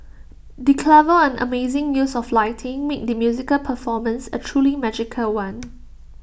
the clever and amazing use of lighting made the musical performance A truly magical one